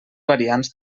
variants